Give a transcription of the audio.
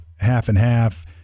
half-and-half